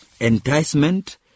enticement